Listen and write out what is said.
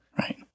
Right